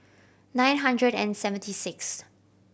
nine hundred and seventy sixth